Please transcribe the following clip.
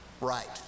Right